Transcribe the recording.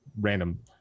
random